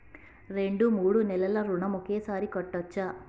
రెండు మూడు నెలల ఋణం ఒకేసారి కట్టచ్చా?